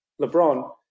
LeBron